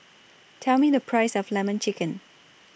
Tell Me The Price of Lemon Chicken